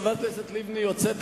חברת הכנסת לבני יוצאת,